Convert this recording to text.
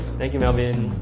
thank you melvin!